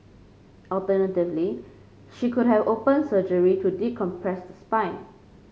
alternatively she could have open surgery to decompress the spine